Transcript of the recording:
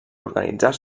organitzar